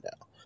now